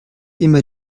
immer